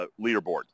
leaderboard